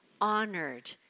honored